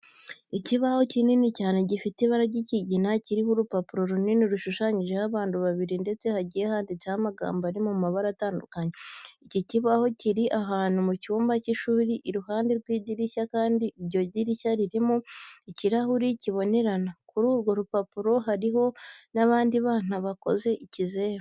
Ikibaho kinini cyane gifite ibara ry'ikigina kiriho urupapuro runini rushushanyijeho abantu babiri ndetse hagiye handitseho amagambo ari mu mabara atandukanye. Iki kibaho kiri ahantu mu cyumba cy'ishuri iruhande rw'idirishya kandi iryo dirishya ririmo ikirahuri kibonerana. Kuri urwo rupapuro hariho n'abandi bana bakoze ikizeru.